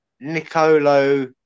Nicolo